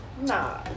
Nah